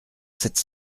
sept